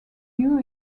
new